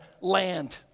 land